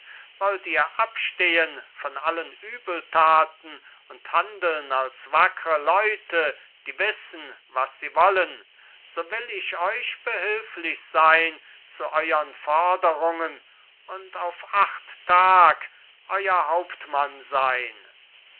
wollt ihr abstehen von allen übeltaten und handeln als wackre leute die wissen was sie wollen so will ich euch behülflich sein zu euern forderungen und auf acht tag euer hauptmann sein